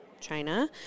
China